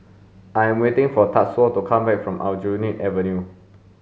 I am waiting for Tatsuo to come back from Aljunied Avenue